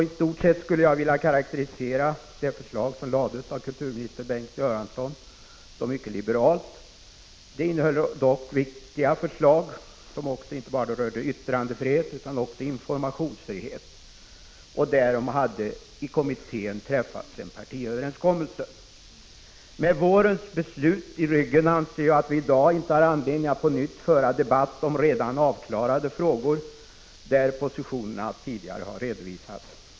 I stort skulle jag vilja karakterisera det förslag som lades fram av kulturminister Bengt Göransson som mycket liberalt. Det innehöll dock viktiga förslag som inte bara rörde yttrandefrihet utan också informationsfrihet. Om dessa hade i kommittén träffats en partiöverenskommelse. Med vårens beslut i ryggen anser jag att vi i dag inte har anledning att på nytt föra debatt om redan avklarade frågor, där positionerna tidigare har redovisats.